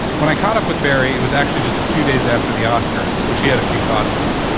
when i caught up with barry, it was actually just a few days after the oscars, which he had a few thoughts on.